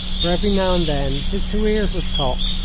for every now and then his two ears would cock,